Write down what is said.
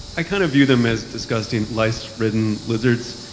i kind of view them as disgusting, lice-ridden lizards.